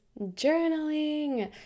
journaling